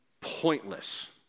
pointless